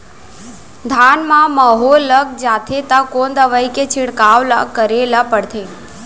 धान म माहो लग जाथे त कोन दवई के छिड़काव ल करे ल पड़थे?